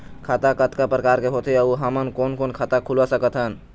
खाता कतका प्रकार के होथे अऊ हमन कोन कोन खाता खुलवा सकत हन?